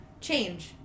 change